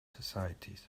societies